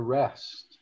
rest